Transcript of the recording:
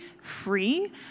free